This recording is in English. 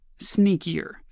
sneakier